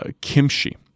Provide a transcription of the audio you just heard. kimchi